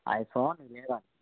آئی phone تیرہ